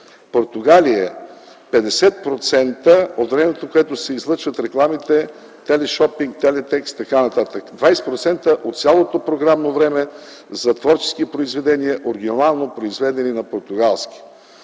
Португалия 50% от времето, в което се излъчват програми, телешопинг, телетекст и т.н., 20% от цялото програмно време е за творчески произведения, оригинално произведени на португалски